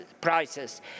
prices